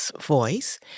voice